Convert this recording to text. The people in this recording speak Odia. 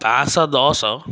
ପାଞ୍ଚଶହ ଦଶ